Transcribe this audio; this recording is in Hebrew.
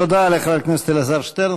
תודה לחבר הכנסת אלעזר שטרן.